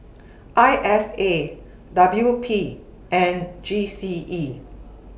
I S A W P and G C E